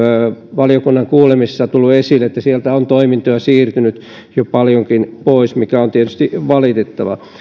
valiokunnan kuulemisissa on tullut esille että sieltä on toimintoja siirtynyt jo paljonkin pois mikä on tietysti valitettavaa